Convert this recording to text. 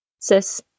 Sis